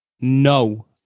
No